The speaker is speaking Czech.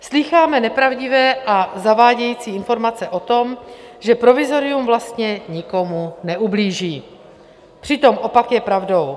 Slýcháme nepravdivé a zavádějící informace o tom, že provizorium vlastně nikomu neublíží, přitom opak je pravdou.